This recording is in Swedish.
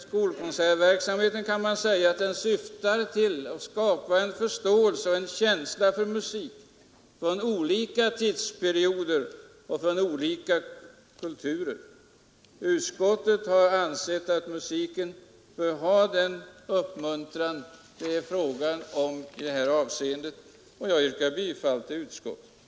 Skolkonsertverksamheten syftar till att skapa en förståelse och en känsla för musik från olika tidsperioder och från olika kulturer. Utskottet har ansett att musiken bör ha den uppmuntran det är fråga om i detta avseende, och jag yrkar bifall till utskottets hemställan.